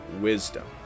wisdom